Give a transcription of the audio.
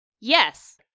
Yes